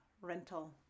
rental